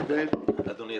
אדוני,